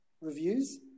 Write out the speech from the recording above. reviews